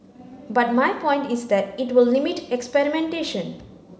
but my point is that it will limit experimentation